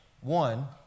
One